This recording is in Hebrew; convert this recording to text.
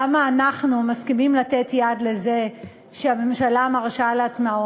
למה אנחנו מסכימים לתת יד לזה שהממשלה מרשה לעצמה,